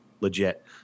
legit